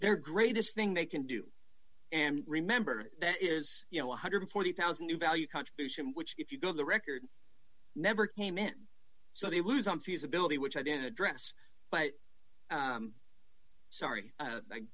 their greatest thing they can do and remember that is you know one hundred and forty thousand new value contribution which if you go to the record never came in so they lose on feasibility which i didn't address but sorry